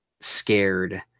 scared